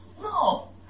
No